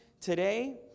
today